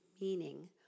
meaning